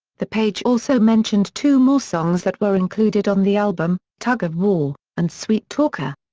the page also mentioned two more songs that were included on the album tug of war and sweet talker.